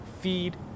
Feed